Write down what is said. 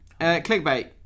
Clickbait